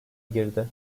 girdi